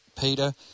Peter